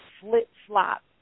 flip-flop